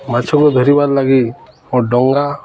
ମାଛକୁ ଧରିବାର୍ ଲାଗି ମୋ ଡଙ୍ଗା